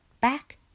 back